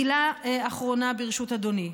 מילה אחרונה, ברשות אדוני,